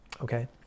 Okay